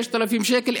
6,000 שקל.